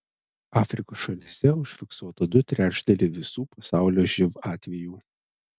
afrikos šalyse užfiksuota du trečdaliai visų pasaulio živ atvejų